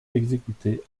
exécutés